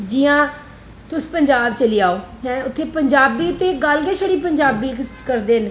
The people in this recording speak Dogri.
जि'यां तुस पजांब चली जओ उत्थै पंजाबी ते गल्ल गै छड़ी पंजाबी च करदे न